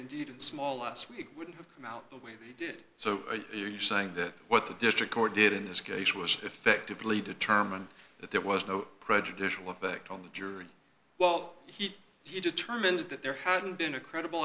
indeed in small last week wouldn't have come out the way they did so you're saying that what the district court did in this case was effectively determine that there was no prejudicial effect on the jury well he he determined that there hadn't been a credible